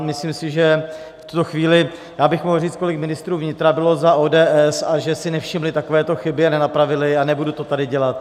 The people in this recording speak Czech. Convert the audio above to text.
Myslím si, že v tuto chvíli já bych mohl říci, kolik ministrů vnitra bylo za ODS a že si nevšimli takovéto chyby a nenapravili ji, ale nebudu to tady dělat.